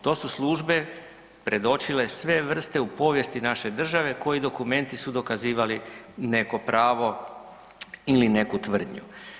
To su službe predočile sve vrste u povijesti naše države koji dokumenti su dokazivali neko pravo ili neku tvrdnju.